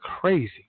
crazy